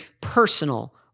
personal